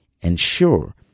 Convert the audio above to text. ensure